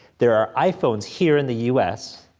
there are iphones here in the u s.